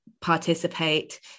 participate